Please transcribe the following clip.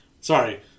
sorry